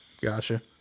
Gotcha